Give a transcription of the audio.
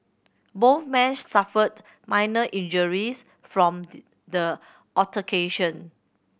both men suffered minor injuries from the altercation